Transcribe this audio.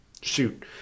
Shoot